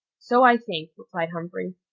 so i think, replied humphrey.